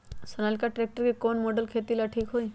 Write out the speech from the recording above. Sonalika tractor के कौन model खेती ला ठीक होतै?